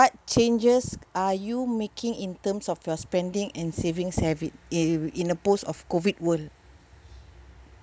changes are you making in terms of your spending and savings habit in in a post of COVID world